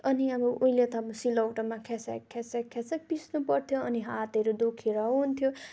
अनि अब उहिले त अब सिलौटोमा खेसेक खेसेक पिस्नु पर्थ्यो अनि हातहरू दुखेर हुन्थ्यो